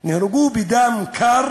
בדם קר